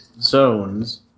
zones